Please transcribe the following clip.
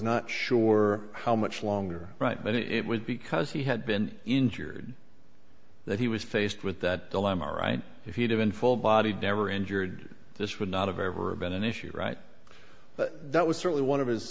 not sure how much longer right it was because he had been injured that he was faced with that dilemma right if he'd have been full bodied never injured this would not have ever been an issue right but that was certainly one of his